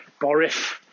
Boris